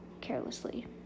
carelessly